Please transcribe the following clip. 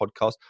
podcast